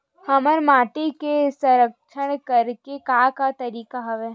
हमर माटी के संरक्षण करेके का का तरीका हवय?